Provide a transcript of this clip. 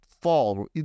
fall